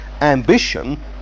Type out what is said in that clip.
ambition